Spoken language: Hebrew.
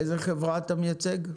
איזה חברה אתה מייצר?